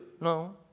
No